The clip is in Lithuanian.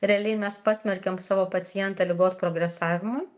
realiai mes pasmerkiam savo pacientą ligos progresavimui